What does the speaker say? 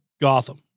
Gotham